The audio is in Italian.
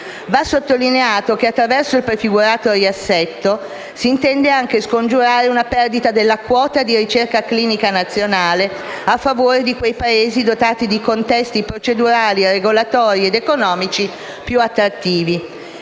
Va sottolineato che, attraverso il prefigurato riassetto, si intende anche scongiurare una perdita della quota di ricerca clinica nazionale a favore di quei Paesi dotati di contesti procedurali, regolatori ed economici più attrattivi.